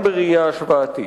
גם בראייה השוואתית.